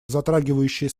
затрагивающие